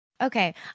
Okay